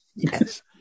Yes